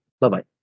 Bye-bye